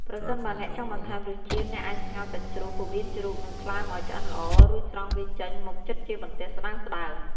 ប្រសិនបើអ្នកចង់បន្ថែមរសជាតិ អ្នកអាចស្ងោរសាច់ជ្រូក ពោះវៀនជ្រូក និងថ្លើមឱ្យឆ្អិនល្អ រួចស្រង់វាចេញមកចិតជាបន្ទះស្តើងៗ។